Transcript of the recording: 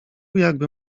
jakby